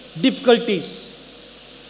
difficulties